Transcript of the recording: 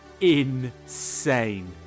insane